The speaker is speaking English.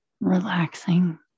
relaxing